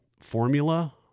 formula